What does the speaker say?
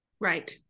Right